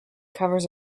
covers